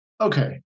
Okay